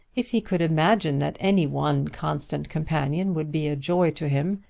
if he could imagine that any one constant companion would be a joy to him,